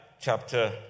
chapter